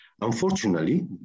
Unfortunately